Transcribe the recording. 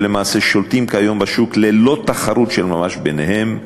שלמעשה שולטים כיום בשוק ללא תחרות של ממש ביניהם.